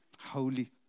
holy